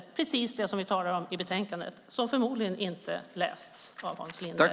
Det är precis det vi talar om i betänkandet som förmodligen inte lästs av Hans Linde.